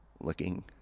looking